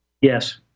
Yes